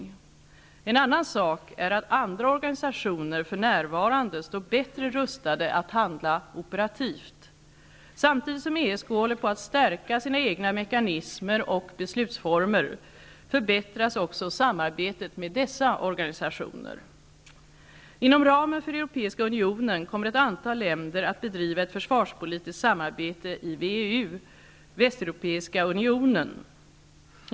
En helt annan sak är att andra organisationer för närvarande står bättre rustade att handla operativt. Samtidigt som ESK håller på att stärka sina egna mekanismer och beslutsformer förbättras också samarbetet med dessa organisationer. Inom ramen för Europeiska unionen kommer ett antal länder att bedriva ett försvarspolitiskt samarbete i VEU, Västeuropeiska unionen.